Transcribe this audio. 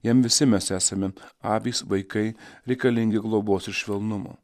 jam visi mes esame avys vaikai reikalingi globos ir švelnumo